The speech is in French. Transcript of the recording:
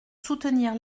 soutenir